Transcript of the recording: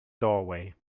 doorway